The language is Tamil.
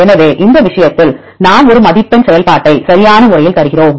எனவே இந்த விஷயத்தில் நாம் ஒரு மதிப்பெண் செயல்பாட்டை சரியான முறையில் தருகிறோம்